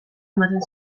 ematen